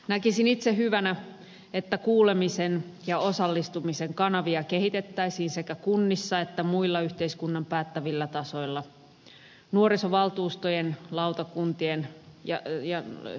näkisin itse hyvänä että kuulemisen ja osallistumisen kanavia kehitettäisiin sekä kunnissa että muilla yhteiskunnan päättävillä tasoilla